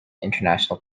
international